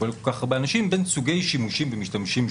שכולל כל כך הרבה אנשים וסוגי שימושים שונים.